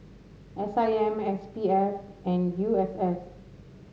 S I M S P F and U S S